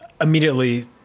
immediately